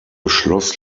schloss